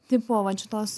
tipo vat šitos